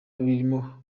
birimo